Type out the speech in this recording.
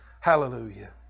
Hallelujah